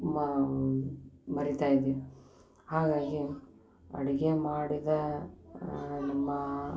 ಮ ಮರೀತಾ ಇದೀವಿ ಹಾಗಾಗಿ ಅಡುಗೆ ಮಾಡಿದ ನಮ್ಮ